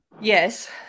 yes